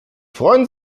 freuen